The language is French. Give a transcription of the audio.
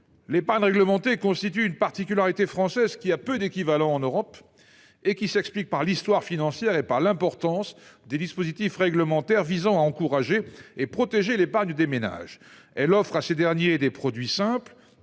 L'épargne réglementée constitue une particularité française qui a peu d'équivalent en Europe et qui s'explique par l'histoire financière et par l'importance des dispositifs réglementaires visant à encourager et protéger l'épargne des ménages et l'offre à ces derniers des produits simples